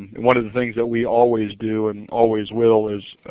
one of the things that we always do and always well is